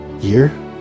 year